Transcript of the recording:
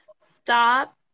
stop